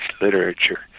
literature